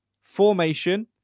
formation